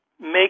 make